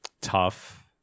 tough